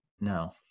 no